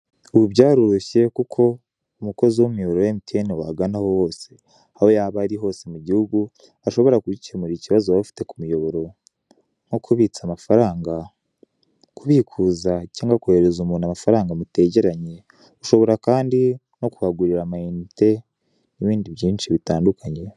Ubu byaroroshye kuko umukozi w'umuyoboro wa MTN waganaho wese, aho yaba ari hose mu gihugu, ashobora kugukemurira ikibazo wari ufite ku muyoboro: nko kubitsa amafaranga, kubikuza cyangwa kohereza umuntu amafaranga umuntu mutegeranye, ushobora kandi no kuhagurira amayinite n'ibindi byinshi bitandukanye.